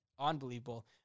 Unbelievable